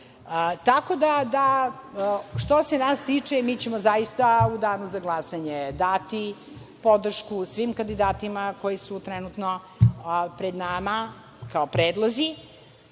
zaboravili. Što se nas tiče, mi ćemo zaista u danu za glasanje dati podršku svim kandidatima koji su trenutno pred nama kao predlozi,